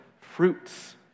fruits